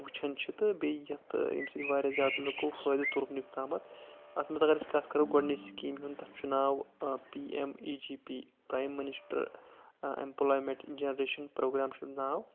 وٕچھن چھِ تہٕ بیٚیہِ یَتھ ییٚمہِ سۭتۍ واریاہ زیادٕ لُکوٚو فٲیدٕ تُل وُنیُک تامَتھ اَتھ منٛز اَگر أسۍ کَتھ کَرو گۄڈٕنِچ سکیٖمہِ ہُنٛد تَتھ چھُ ناو P M E G P prime minister employment generation programme چھُ اَتھ ناو